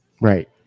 right